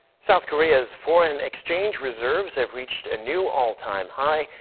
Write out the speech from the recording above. south korea's foreign exchange reserves have reached a new all-time high.